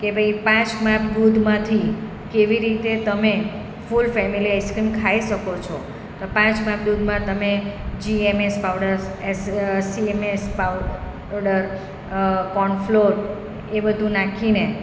કે ભાઈ પાંચ માપ દૂધમાંથી કેવી રીતે તમે ફૂલ ફેમેલી આઈસક્રીમ ખાઈ શકો છો તો પાંચ માપ દૂધમાં તમે GMS powder CMS powder corn flour એ બધું નાખીને